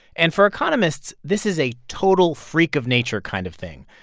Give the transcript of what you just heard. and for economists, this is a total freak of nature kind of thing.